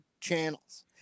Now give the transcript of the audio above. channels